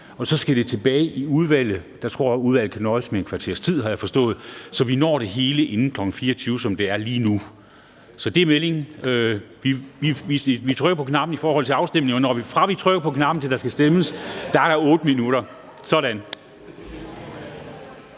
og så skal det tilbage i udvalget. Jeg har forstået, at udvalget kan nøjes med et kvarters tid. Så vi når det hele inden kl. 24.00, som det er lige nu. Så det er meldingen. Vi trykker på knappen, når der er afstemning, og fra vi trykker på knappen, til der skal stemmes, er der 8 minutter. Sådan.